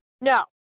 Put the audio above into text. no